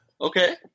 Okay